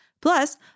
Plus